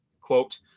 quote